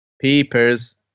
Peepers